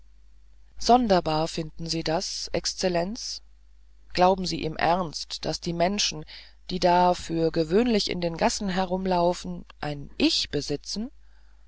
sonderbar finden sie das exzellenz glauben sie im ernst daß die menschen die da so für gewöhnlich in den gassen herumlaufen ein ich besitzen